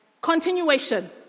Continuation